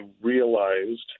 realized